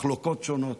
מחלוקות שונות,